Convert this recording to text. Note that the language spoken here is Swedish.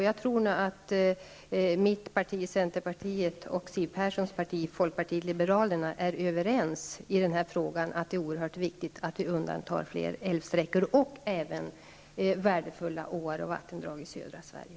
Jag tror nog att mitt parti, centern, och Siw Perssons parti, folkpartiet liberalerna, är överens om att det är oerhört viktigt att vi undantar fler älvsträckor och även värdefulla åar och vattendrag i södra Sverige.